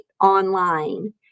online